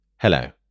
Hello